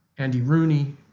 andy rooney,